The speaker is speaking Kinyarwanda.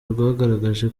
rwagaragaje